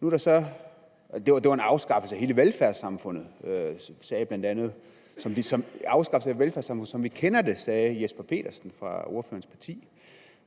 naturlig afgang. Det var en afskaffelse af hele velfærdssamfundet, som vi kender det, sagde hr. Jesper Petersen fra ordførerens parti.